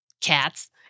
Cats